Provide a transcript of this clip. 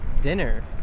dinner